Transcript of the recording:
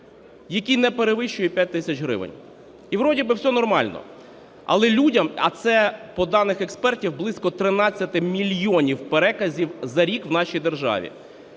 які не перевищують 5 тисяч гривень. І вроді би все нормально. Але людям, а це по даних експертів близько 13 мільйонів переказів за рік у нашій державі,